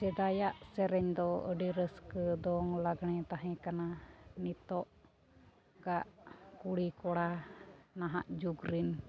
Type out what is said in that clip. ᱥᱮᱫᱟᱭᱟᱜ ᱥᱮᱨᱮᱧ ᱫᱚ ᱟᱹᱰᱤ ᱨᱟᱹᱥᱠᱟᱹ ᱫᱚᱝ ᱞᱟᱜᱽᱬᱮ ᱛᱟᱦᱮᱸ ᱠᱟᱱᱟ ᱱᱤᱛᱚᱜ ᱟᱜ ᱠᱩᱲᱤ ᱠᱚᱲᱟ ᱱᱟᱦᱟᱜ ᱡᱩᱜᱽ ᱨᱮᱱ